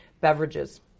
Beverages